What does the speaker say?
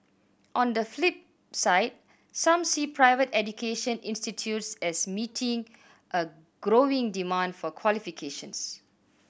on the flip side some see private education institutes as meeting a growing demand for qualifications